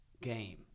game